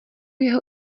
jeho